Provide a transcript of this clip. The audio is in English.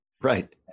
Right